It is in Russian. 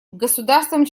государствам